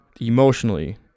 emotionally